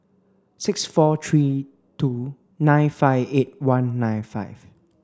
six four three two nine five eight one nine five